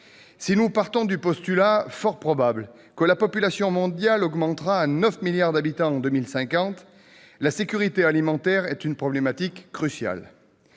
Si nous partons du postulat, fort probable, que la population mondiale atteindra 9 milliards d'habitants en 2050, la sécurité alimentaire est une problématique cruciale.